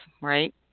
right